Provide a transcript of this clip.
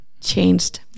changed